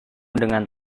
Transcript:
dengan